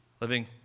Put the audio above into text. living